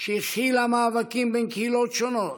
שהכילה מאבקים בין קהילות שונות,